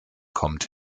kommt